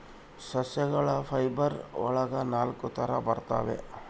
ಸಸ್ಯಗಳ ಫೈಬರ್ ಒಳಗ ನಾಲಕ್ಕು ತರ ಬರ್ತವೆ